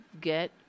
get